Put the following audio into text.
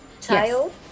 child